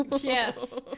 Yes